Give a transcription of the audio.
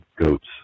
goats